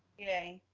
yay.